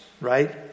right